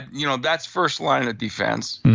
you know that's first line of defense.